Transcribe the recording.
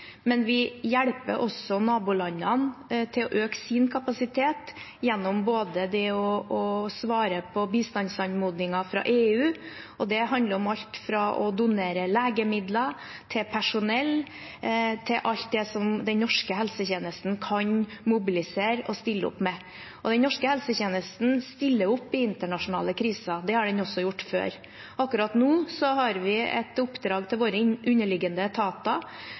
men vi hjelper også nabolandene til å øke sin kapasitet, både gjennom det å svare på bistandsanmodningen fra EU, og det handler om alt fra å donere legemidler til personell og til alt det som den norske helsetjenesten kan mobilisere og stille opp med. Og den norske helsetjenesten stiller opp i internasjonale kriser. Det har den også gjort før. Akkurat nå har vi et oppdrag til våre underliggende etater